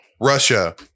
Russia